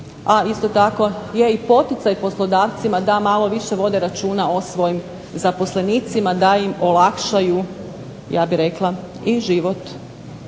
a isto tako je i poticaj poslodavcima da malo više vode računa o svojim zaposlenicima, da im olakšaju ja bih rekla i život